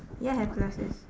ya have glasses